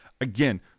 Again